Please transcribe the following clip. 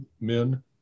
men